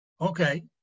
Okay